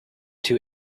two